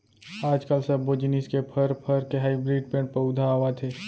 आजकाल सब्बो जिनिस के फर, फर के हाइब्रिड पेड़ पउधा आवत हे